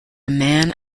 man